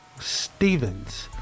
Stevens